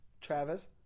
Travis